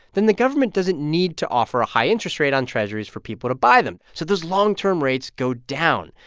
then the government doesn't need to offer a high interest rate on treasurys for people to buy them, so those long-term rates go down.